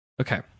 Okay